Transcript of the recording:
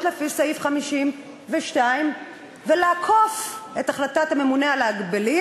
לפי סעיף 52 ולעקוף את החלטת הממונה על ההגבלים.